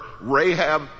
Rahab